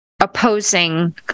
opposing